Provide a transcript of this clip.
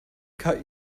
cut